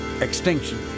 extinction